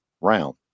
round